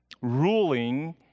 ruling